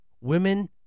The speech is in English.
Women